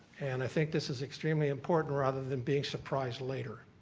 and i think this is extremely important rather than being surprised later.